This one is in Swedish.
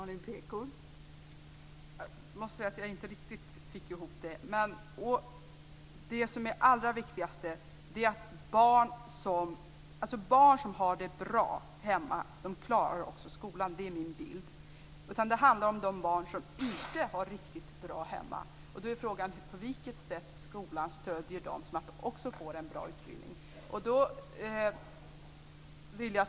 Fru talman! Jag måste säga att jag inte riktigt fick ihop det där. Det allra viktigaste är detta: Barn som har det bra hemma klarar också skolan. Det är min bild. Detta handlar om de barn som inte har det riktigt bra hemma. Då är frågan på vilket sätt skolan stöder dem så att de också får en bra utbildning.